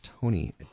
Tony